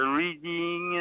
reading